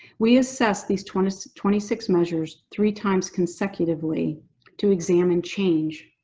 we assessed these twenty so twenty six measures three times consecutively to examine change.